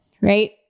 right